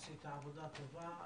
עשית עבודה טובה.